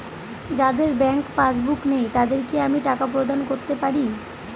যাদের bank passbook নেই তাদের কি আমি টাকা প্রদান করতে পারি?